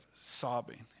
sobbing